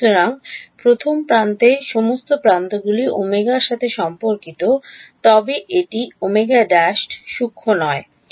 সুতরাং প্রথম প্রান্তে সমস্ত প্রান্তগুলি Ω এর সাথে সম্পর্কিত তবে এটি Ω ′ নয় ঠিক আছে